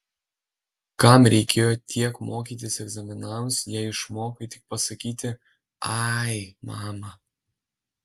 kam reikėjo tiek mokytis egzaminams jei išmokai tik pasakyti ai mama